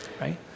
Right